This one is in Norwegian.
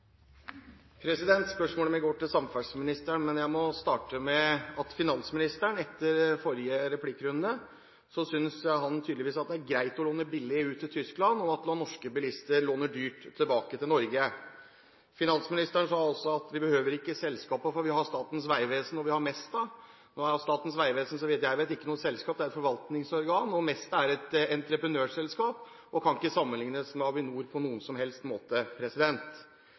hovedspørsmål. Spørsmålet mitt går til samferdselsministeren, men jeg må starte med at finansministeren i en tidligere replikkrunde tydeligvis syntes at det er greit å låne billig ut til Tyskland, og at norske bilister låner dyrt tilbake til Norge. Finansministeren sa også at vi ikke behøver selskapet, for vi har Statens vegvesen og Mesta. Nå er Statens vegvesen, så vidt jeg vet, ikke noe selskap; det er et forvaltningsorgan, og Mesta er et entreprenørselskap og kan ikke sammenlignes med Avinor på noen som helst måte.